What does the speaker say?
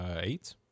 Eight